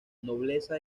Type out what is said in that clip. nobleza